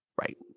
Right